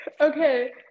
Okay